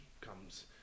comes